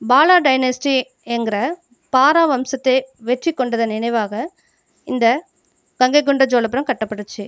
பாலா டைனஸ்ட்டிங்கிற பாரா வம்சத்தை வெற்றி கொண்டதன் நினைவாக இந்த கங்கை கொண்ட சோழபுரம் கட்டப்பட்டுச்சு